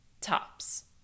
tops